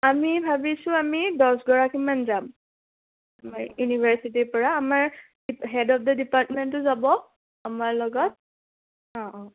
আমি ভাবিছোঁ আমি দহগৰাকীমান যাম ইউনিভাৰ্চিটিৰপৰা আমাৰ হেড অৱ দ্য ডিপাৰ্টমেণ্টটো যাব আমাৰ লগত অঁ অঁ